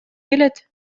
келет